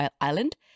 island